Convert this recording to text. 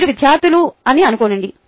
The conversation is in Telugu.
మీరు విద్యార్థులు అని అనుకోండి